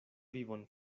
vivon